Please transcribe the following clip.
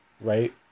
right